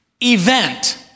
event